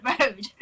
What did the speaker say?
Road